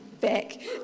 back